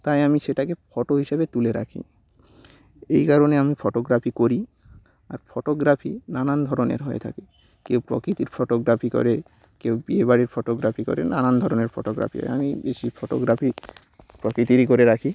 তাই আমি সেটাকে ফটো হিসেবে তুলে রাখি এই কারণে আমি ফটোগ্রাফি করি আর ফটোগ্রাফি নানান ধরনের হয়ে থাকে কেউ প্রকৃতির ফটোগ্রাফি করে কেউ বিয়েবাড়ির ফটোগ্রাফি করে নানান ধরনের ফটোগ্রাফি আমি বেশি ফটোগ্রাফি প্রকৃতিরই করে রাখি